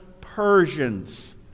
Persians